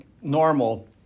normal